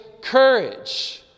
courage